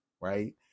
right